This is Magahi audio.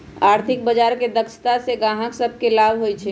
आर्थिक बजार के दक्षता से गाहक सभके लाभ होइ छइ